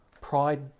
pride